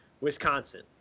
Wisconsin